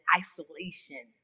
isolation